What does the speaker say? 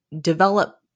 develop